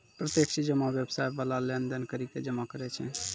प्रत्यक्ष जमा व्यवसाय बाला लेन देन करि के जमा करै छै